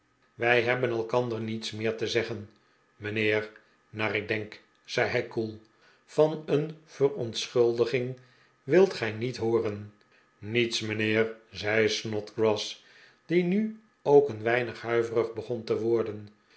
wij hebben elkander niets meer te zeggen mijnheer naar ik denk zei hij koel van een verontschuldiging wilt gij niet hooren niets mijnheer zei snodgrass die nu ook een weinig huiverig begon te worden